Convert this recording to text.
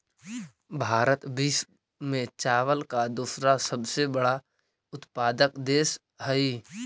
भारत विश्व में चावल का दूसरा सबसे बड़ा उत्पादक देश हई